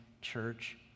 church